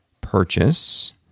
purchase